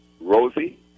Rosie